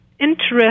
interest